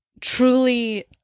Truly